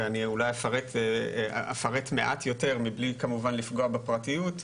ואני אולי אפרט מעט יותר מבלי כמובן לפגוע בפרטיות,